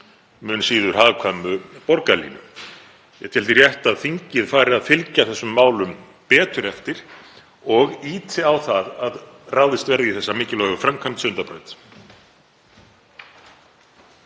mun síður hagkvæmu borgarlínu. Ég tel því rétt að þingið fari að fylgja þessum málum betur eftir og ýti á að ráðist verði í þessa mikilvægu framkvæmd, Sundabraut.